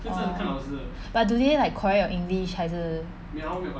orh but do they like correct your english 还是